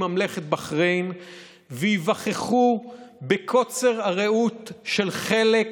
ממלכת בחריין וייווכחו בקוצר הראות של חלק